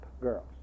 girls